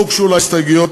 לא הוגשו לה הסתייגויות,